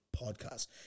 podcast